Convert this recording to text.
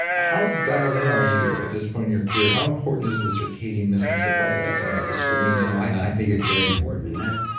how dialed in are you at this point in your career? how important is the circadian mismatch, the bright lights at night, the screens and i think it's very important and that's,